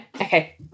Okay